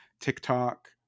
TikTok